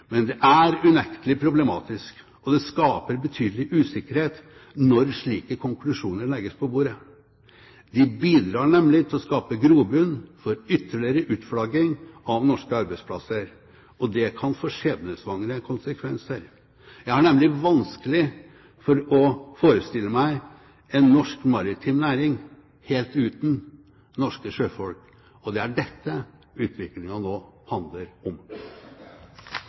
Men det er unektelig problematisk, og det skaper betydelig usikkerhet når slike konklusjoner legges på bordet. De bidrar nemlig til å skape grobunn for ytterligere utflagging av norske arbeidsplasser. Det kan få skjebnesvangre konsekvenser. Jeg har nemlig vanskelig for å forestille meg en norsk maritim næring helt uten norske sjøfolk – og det er dette utviklingen nå handler om.